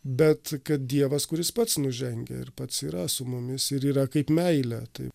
bet kad dievas kuris pats nužengia ir pats yra su mumis ir yra kaip meilė tai